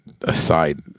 aside